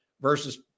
versus